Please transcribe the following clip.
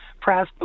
press